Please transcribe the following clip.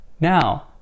Now